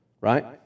Right